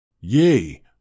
Yea